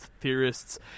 theorists